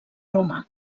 roma